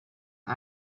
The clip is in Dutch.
hun